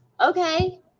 okay